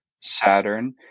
Saturn